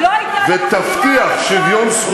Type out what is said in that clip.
חבר הכנסת